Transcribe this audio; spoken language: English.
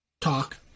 talk